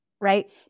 right